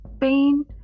pain